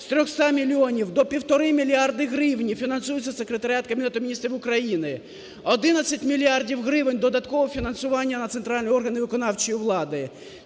з 300 мільйонів до 1,5 мільярда гривень фінансується Секретаріат Кабінету Міністрів України, 11 мільярдів гривень додатково фінансування на центральні органи виконавчої влади.